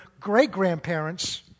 great-grandparents